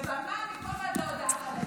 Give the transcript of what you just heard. ובמה מפה עד להודעה חדשה,